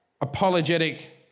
apologetic